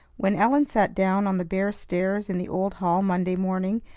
when ellen sat down on the bare stairs in the old hall monday morning,